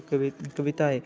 कविता ऐ